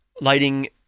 Lighting